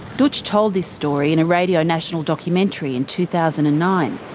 dootch told this story in a radio national documentary in two thousand and nine.